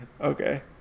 Okay